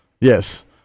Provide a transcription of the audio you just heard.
Yes